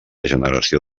generació